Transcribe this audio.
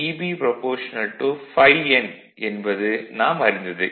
Eb α ∅n என்பது நாம் அறிந்ததே